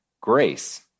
grace